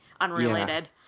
Unrelated